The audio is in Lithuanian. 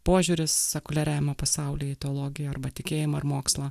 požiūris sekuliariajame pasaulyje teologija arba tikėjimo ir mokslo